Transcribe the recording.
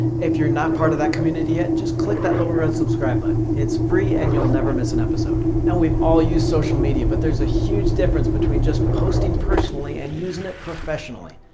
if you're not part of the community yet, just click that little red subscribe button. it's free and you'll never miss an episode. now we've all used social media but there's a huge difference between just posting personally and using it professionally.